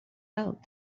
out